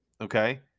Okay